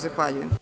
Zahvaljujem.